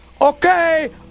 Okay